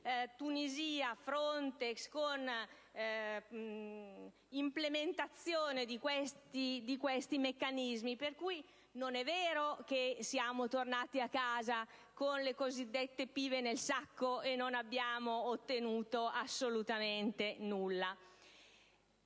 Tunisia, FRONTEX - e dell'implementazione di tali meccanismi. Pertanto, non è vero che siamo tornati a casa con le cosiddette pive nel sacco e non abbiamo ottenuto assolutamente nulla.